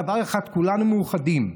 בדבר אחד כולנו מאוחדים: